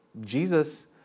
Jesus